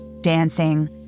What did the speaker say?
dancing